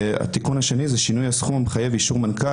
התיקון השני הוא שינוי הסכום המחייב אישור מנכ"ל